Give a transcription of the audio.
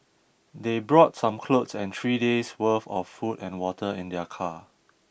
they brought some clothes and three days' worth of food and water in their car